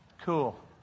Cool